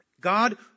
God